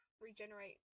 regenerate